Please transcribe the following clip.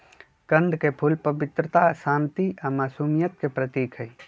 कंद के फूल पवित्रता, शांति आ मासुमियत के प्रतीक हई